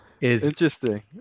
Interesting